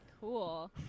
Cool